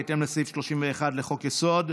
בהתאם לסעיף 31(ב) לחוק-יסוד: